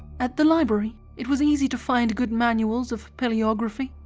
at the library it was easy to find good manuals of palaeography,